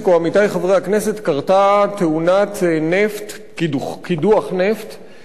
קרתה תאונת קידוח נפט חמורה,